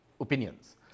opinions